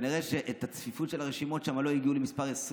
כנראה שעם הצפיפות של הרשימות שם לא הגיעו למספר 20